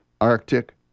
Arctic